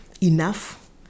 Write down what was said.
enough